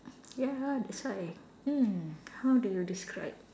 ya that's why mm how do you describe